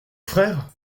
frère